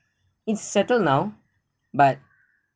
it's settled now but